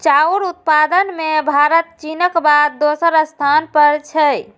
चाउर उत्पादन मे भारत चीनक बाद दोसर स्थान पर छै